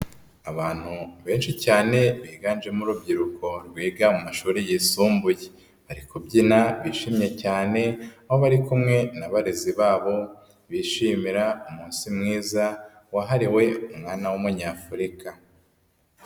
Abantu benshi cyane biganjemo urubyiruko rwiga mu mashuri yisumbuye, bari kubyina bishimye cyane, aho bari kumwe n'abarezi babo, bishimira umunsi mwiza wahariwe umwana w'umunyafurika.